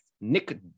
Nick